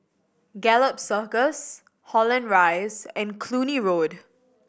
Gallop Circus Holland Rise and Cluny Road